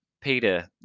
Peter